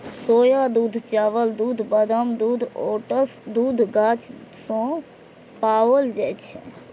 सोया दूध, चावल दूध, बादाम दूध, ओट्स दूध गाछ सं पाओल जाए छै